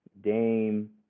Dame